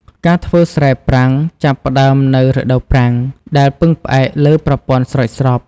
ការធ្វើស្រែប្រាំងចាប់ផ្តើមនៅ រដូវប្រាំង ដែលពឹងផ្អែកលើប្រព័ន្ធស្រោចស្រព។